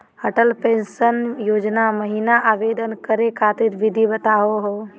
Atal pension योजना महिना आवेदन करै खातिर विधि बताहु हो?